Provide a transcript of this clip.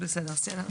כן,